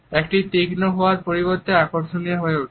একটি তীক্ষ্ণ হওয়ার পরিবর্তে আকর্ষণীয় হয়ে ওঠে